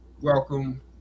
Welcome